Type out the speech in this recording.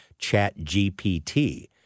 ChatGPT